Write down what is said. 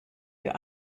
für